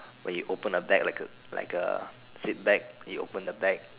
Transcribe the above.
where you open a bag like a like a zip bag you open the bag